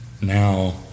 now